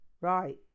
Right